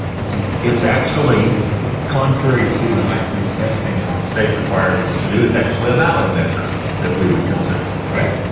it's ah it's actually contrary to the high stakes testing that the state requires us to do. it's actually a valid measure that we would consider, right?